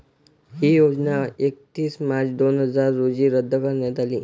ही योजना एकतीस मार्च दोन हजार रोजी रद्द करण्यात आली